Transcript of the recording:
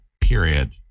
period